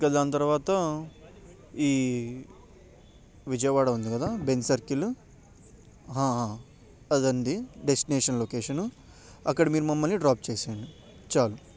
ఇంకా దాని తరువాత ఈ విజయవాడ ఉంది కదా బెన్జ్ సర్కిల్ అదండి డెస్టినేేషన్ లొకేషను అక్కడ మీరు మమ్మల్ని డ్రాప్ చేసేయండి చాలు